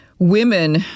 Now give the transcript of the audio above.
Women